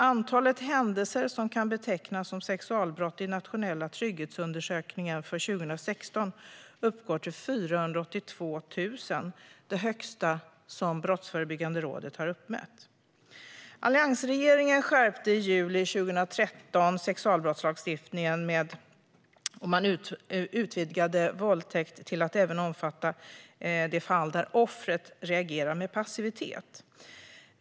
Antalet händelser som kan betecknas som sexualbrott uppgår i Nationella trygghetsundersökningen 2016 till 482 000 - det är det största antal som Brottsförebyggande rådet har uppmätt. Alliansregeringen skärpte i juli 2013 sexualbrottslagstiftningen, då man utvidgade våldtäkt till att även omfatta de fall där offret reagerar med passivitet.